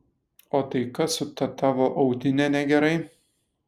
o tai kas su ta tavo audine negerai